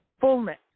fullness